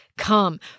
come